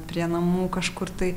prie namų kažkur tai